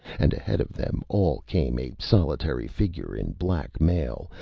and ahead of them all came a solitary figure in black mail,